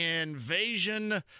invasion